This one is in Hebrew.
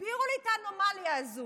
תסבירו לי את האנומליה הזו.